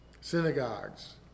synagogues